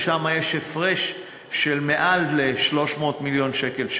ששם יש הפרש של יותר מ-300 מיליון שקל,